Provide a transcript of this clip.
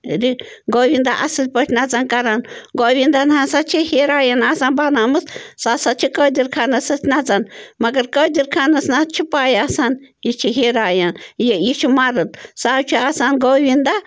رِ گووِینٛدا اَصٕل پٲٹھۍ نَژان کَران گووِینٛدن ہَسا چھِ ہیٖرویِنۍ آسان بناومٕژ سۅ ہسا چھِ قٲدٕر خانس سۭتۍ نَژان مگر قٲدِر خانس نہَ حظ چھِ پَے آسان یہِ چھِ ہیٖرایِن یہِ یہِ چھُ مرٕد سُہ حظ چھُ آسان گووِینٛدا